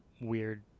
weird